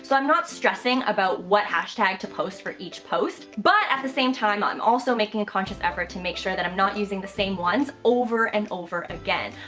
so i'm not stressing about what hashtag to post for each post. but at the same time i'm also making a conscious effort to make sure that i'm not using the same ones over and over again.